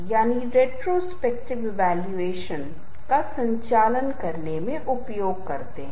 या ऐसी स्थिति की कल्पना करें जहां आपके पास कोई उत्पाद हो जैसे कि इत्र और उसके पीछे बिस्मिल्लाह खान की शहनाई बज रही हो